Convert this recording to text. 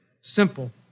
Simple